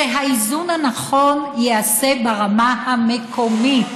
שהאיזון הנכון ייעשה ברמה המקומית,